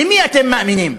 למי אתם מאמינים,